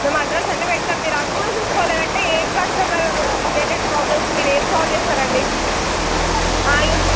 మేము అడ్రస్ అన్నీ పెట్టినాం మీరు అవి కూడా చుస్కోలేరంటే ఏం కస్టమర్ రిలేటెడ్ ప్రాబ్లమ్స్ మీరేం సాల్వ్ చేస్తారండి ఇక